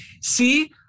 see